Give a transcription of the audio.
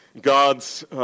God's